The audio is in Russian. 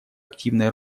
активной